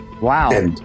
Wow